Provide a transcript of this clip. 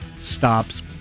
stops